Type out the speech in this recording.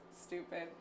stupid